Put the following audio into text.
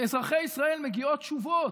שלאזרחי ישראל מגיעות תשובות.